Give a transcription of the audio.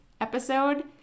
episode